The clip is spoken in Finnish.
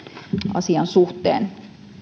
asian suhteen